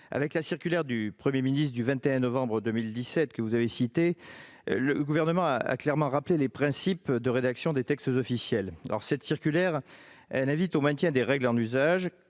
Avec la circulaire du Premier ministre du 21 novembre 2017 que vous avez citée, le Gouvernement a clairement rappelé les principes de rédaction des textes officiels. Cette circulaire invite au maintien des règles en usage,